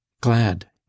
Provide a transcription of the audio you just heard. glad